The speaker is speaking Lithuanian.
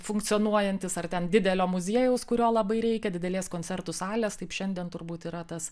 funkcionuojantis ar ten didelio muziejaus kurio labai reikia didelės koncertų salės taip šiandien turbūt yra tas